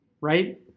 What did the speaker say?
right